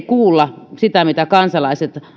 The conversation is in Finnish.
kuulla sitä mitä kansalaiset